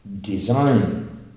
design